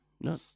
no